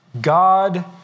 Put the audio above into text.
God